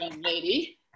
Lady